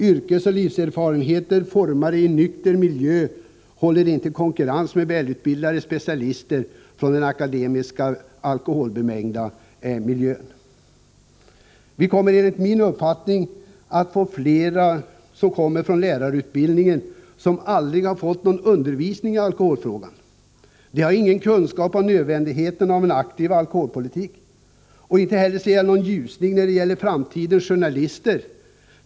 Yrkesoch livserfarenheter formade i en nykter miljö håller inte i konkurrens med välutbildade specialister från den akademiska, alkoholbemängda miljön. Vi kommer enligt min uppfattning att få fler som kommer ut från lärarutbildning som aldrig har fått någon undervisning i alkoholfrågor. De har ingen kunskap om nödvändigheten av en aktiv alkoholpolitik. Jag ser inte heller någon ljusning när det gäller framtidens journalister.